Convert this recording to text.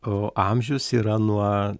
o amžius yra nuo